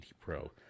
Pro